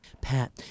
Pat